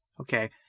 Okay